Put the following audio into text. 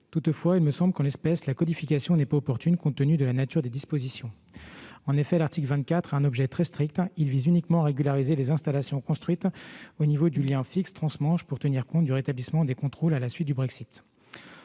du droit, il me semble que, en l'espèce, la codification n'est pas opportune, compte tenu de la nature des dispositions. En effet, l'article 24 a un objet très strict : il vise uniquement à régulariser les installations construites au niveau du lien fixe transmanche pour tenir compte du rétablissement des contrôles à la suite du Brexit.